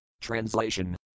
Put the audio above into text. Translation